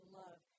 love